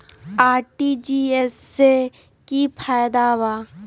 RTGS से की की फायदा बा?